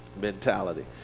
mentality